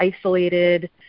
isolated